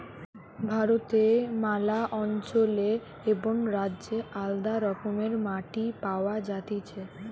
ভারতে ম্যালা অঞ্চলে এবং রাজ্যে আলদা রকমের মাটি পাওয়া যাতিছে